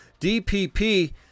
dpp